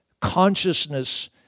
consciousness